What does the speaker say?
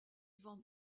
van